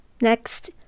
Next